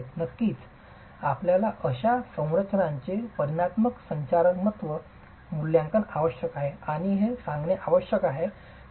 नक्कीच आपल्याला अशा संरचनांचे परिमाणात्मक संरचनात्मक मूल्यांकन आवश्यक आहे आणि हे सांगणे अनावश्यक आहे